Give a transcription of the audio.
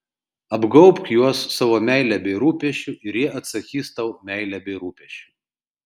apgaubk juos savo meile bei rūpesčiu ir jie atsakys tau meile bei rūpesčiu